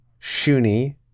Shuni